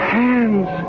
hands